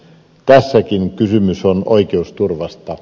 tässäkin kysymys on oikeusturvasta